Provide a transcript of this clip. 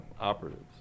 operatives